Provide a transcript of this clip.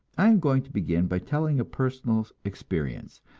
i am going to begin by telling a personal experience,